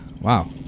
Wow